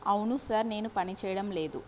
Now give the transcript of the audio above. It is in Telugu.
అవును సార్ నేను పని చేయడం లేదు